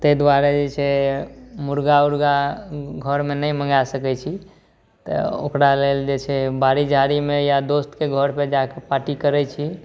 ताहि दुआरे जे छै मुर्गा उरगा घरमे नहि मँगा सकै छी तऽ ओकरा लेल जे छै बाड़ी झाड़ीमे या दोस्तके घरपर जाकऽ पार्टी करै छी